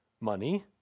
money